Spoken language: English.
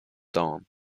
dawn